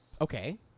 Okay